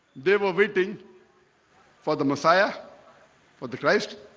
they were waiting for the messiah for the christ